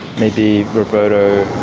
maybe roberto